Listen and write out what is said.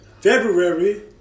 February